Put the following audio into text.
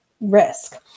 risk